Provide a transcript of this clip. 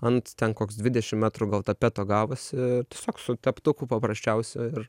ant ten koks dvidešim metrų gal tapeto gavosi ir tiesiog su teptuku paprasčiausiu ir